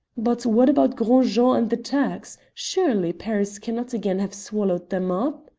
but what about gros jean and the turks? surely paris cannot again have swallowed them up?